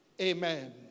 Amen